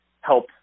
help